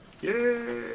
Yay